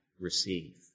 receive